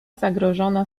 zagrożona